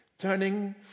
turning